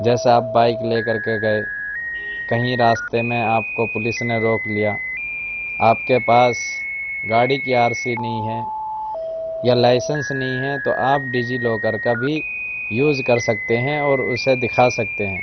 جیسے آپ بائک لے کر کے گئے کہیں راستے میں آپ کو پولیس نے روک لیا آپ کے پاس گاڑی کی آر سی نہیں ہے یا لائسینس نہیں ہے تو آپ ڈی جی لاکر کا بھی یوز کر سکتے ہیں اور اسے دکھا سکتے ہیں